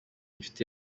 inshuti